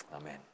amen